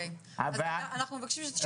אני מבקשת לסיים.